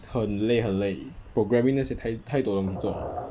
很累很累 programming 那些太太多东西做了